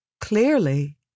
Clearly